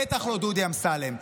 בטח לא דודי אמסלם.